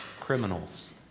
criminals